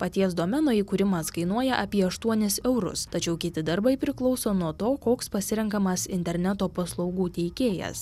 paties domeno įkūrimas kainuoja apie aštuonis eurus tačiau kiti darbai priklauso nuo to koks pasirenkamas interneto paslaugų teikėjas